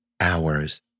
hours